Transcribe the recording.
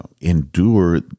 endure